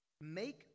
Make